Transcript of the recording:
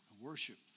worship